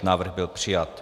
Návrh byl přijat.